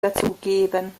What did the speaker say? dazugeben